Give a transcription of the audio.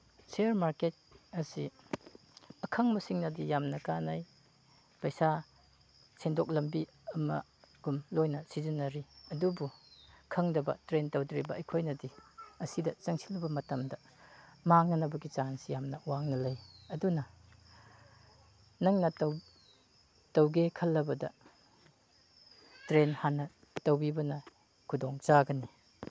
ꯁꯤꯌꯔ market ꯑꯁꯤ ꯑꯈꯪꯕꯁꯤꯡꯅꯗꯤ ꯌꯥꯝꯅ ꯀꯥꯅꯩ ꯄꯩꯁꯥ ꯁꯦꯟꯊꯣꯛ ꯂꯝꯕꯤ ꯑꯃꯒꯨꯝ ꯂꯣꯏꯅ ꯁꯤꯖꯤꯟꯅꯔꯤ ꯑꯗꯨꯕꯨ ꯈꯪꯗꯕ ꯇ꯭ꯔꯦꯟ ꯇꯧꯗ꯭ꯔꯤꯕ ꯑꯩꯈꯣꯏꯅꯗꯤ ꯑꯁꯤꯗ ꯆꯪꯁꯤꯜꯂꯨꯕ ꯃꯇꯝꯗ ꯃꯥꯡꯅꯅꯕꯒꯤ ꯆꯥꯟꯁ ꯌꯥꯝꯅ ꯋꯥꯡꯅ ꯂꯩ ꯑꯗꯨꯅ ꯅꯪꯅ ꯇꯧꯒꯦ ꯈꯜꯂꯕꯗ ꯇ꯭ꯔꯦꯟ ꯍꯥꯟꯅ ꯇꯧꯕꯤꯕꯅ ꯈꯨꯗꯣꯡꯆꯥꯒꯅꯤ